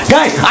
Guys